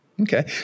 Okay